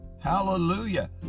Hallelujah